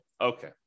Okay